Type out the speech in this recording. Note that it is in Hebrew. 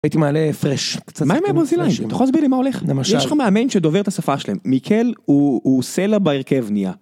הייתי מעלה פרש, מה עם הברזילאיים, אתה יכול להסביר לי מה הולך, יש לך מאמן שדובר את השפה שלהם, מיקל הוא סלע בהרכב נהיה.